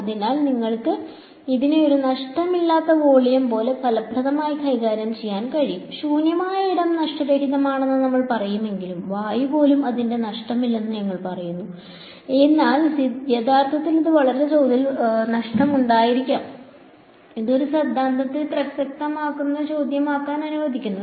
അതിനാൽ നിങ്ങൾക്ക് അതിനെ ഒരു നഷ്ടമില്ലാത്ത വോളിയം പോലെ ഫലപ്രദമായി കൈകാര്യം ചെയ്യാൻ കഴിയും ശൂന്യമായ ഇടം നഷ്ടരഹിതമാണെന്ന് നമ്മൾ പറയുമെങ്കിലും വായു പോലും അതിന്റെ നഷ്ടമില്ലെന്ന് ഞങ്ങൾ പറയുന്നു എന്നാൽ യഥാർത്ഥത്തിൽ അതിൽ വളരെ ചെറിയ തോതിലുള്ള നഷ്ടം ഉണ്ടായിരിക്കാം ഇത് ഈ സിദ്ധാന്തത്തെ പ്രസക്തമായ ചോദ്യമാക്കാൻ അനുവദിക്കുന്നു